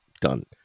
done